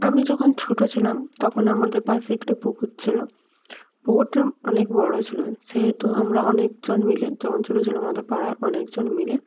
আমি যখন ছোটো ছিলাম তখন আমাদের পাশে একটি পুকুর ছিলো পুকুরটি অনেক বড়ো ছিল সেহেতু আমরা অনেকজন মিলে যখন ছোটো ছিলাম আমাদের পাড়ায় অনেকজন মিলে